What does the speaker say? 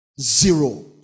Zero